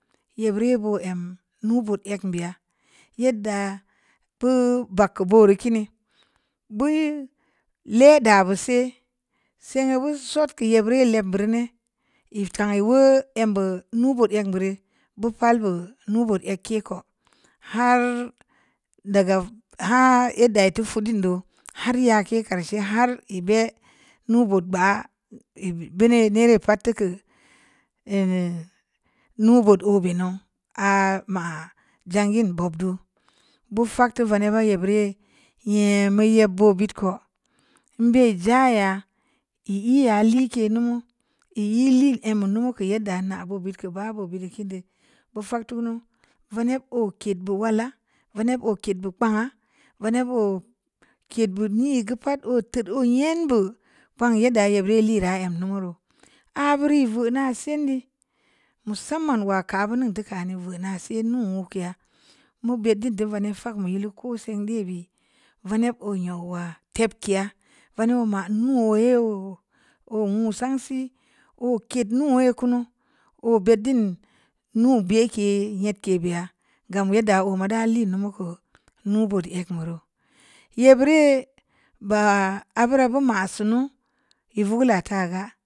Yebbira yoo boo em mu-bood egn beya, yedda bu bag keu boo reu kini, bu nyi la’dabu see sengneu bo sod keu yebra yee leb bureu ne i tai i uleu embeu nuu-bood eng beu re bu pal bu nuu-bood egke ko har daga har yedda i teu fudin nou, har yaake kashe, har i be nuu-bood gbaa bunua neree pad teu keu ehhh nuu-bood oo be nou aa ma’a zangin bob duu, bu fak teu veneb yebbira yee, yeema yeb boo bid ko n be i zaya i i’yaa lii keu lumu, i nyi liin embe luma keu yedda na’boo bid keu baa boo bid deu kim ne, bu fak teu kunu, veneb oo ked bu wala vereb oo ked bu kpangna, veneb oo ked bu nii geu pad, oo teud oo nye’n bu kpang yenda yebbira liin em lunu roo, aa bura i veu’naa son di, musamman ulya kaa mingn bu teu kaano veu’na see, nuu nuukeya, mu beddin teu veneb fakn be yilu ko sengn dee bee veneb oo nyau ula tebkeya, veneb oo ma nuu oo yee oo nuuu sangsi, oo ked nuu oo yee kunu, oo beddin nuu be’ku nyed kee beya, gam yedda oo ma da liin lumu keu nuu-bood egn bu roo, yebbiri yee, baa abura bu ma sunu i vugula taa go.